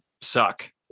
suck